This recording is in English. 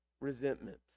resentment